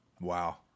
Wow